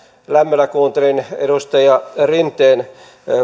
lämmöllä kuuntelin edustaja rinteen